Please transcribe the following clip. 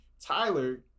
Tyler